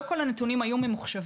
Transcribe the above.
לא כל הנתונים היו ממוחשבים.